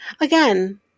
Again